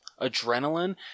adrenaline